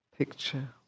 picture